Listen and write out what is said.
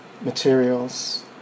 materials